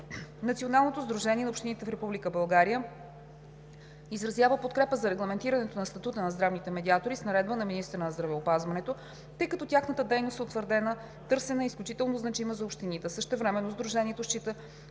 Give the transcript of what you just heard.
Националното сдружение на общините в Република България изразява подкрепа за регламентирането на статута на здравните медиатори с наредба на министъра на здравеопазването, тъй като тяхната дейност е утвърдена, търсена и изключително значима за общините. Същевременно сдружението счита,